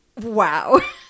Wow